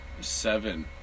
seven